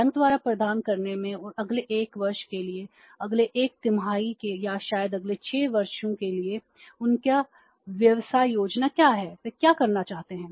bank द्वारा प्रदान करने में और अगले 1 वर्ष के लिए अगले 1 तिमाही या शायद अगले 6 वर्षों के लिए उनकी व्यवसाय योजना क्या है वे क्या करना चाहते हैं